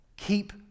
Keep